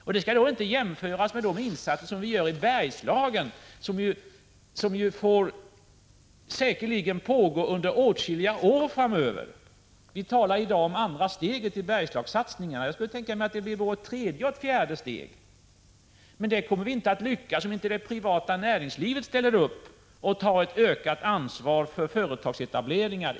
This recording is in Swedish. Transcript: Detta skall inte jämföras med de insatser vi gör i Bergslagen, som säkerligen får pågå under åtskilliga år framöver. Vi talar i dag om det andra steget i Bergslagssatsningarna. Jag kan tänka mig att det blir även ett tredje och ett fjärde steg. Men i Bergslagen kommer vi inte att lyckas om inte det privata näringslivet ställer upp och tar ett ökat ansvar för företagsetableringar.